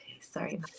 Sorry